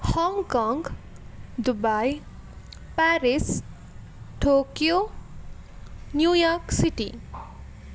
Hong Kong Dubai Paris Tokyo New York city